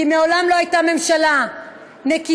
כי מעולם לא הייתה ממשלה נקייה,